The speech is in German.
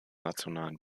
nationalen